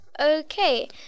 Okay